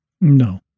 No